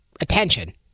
attention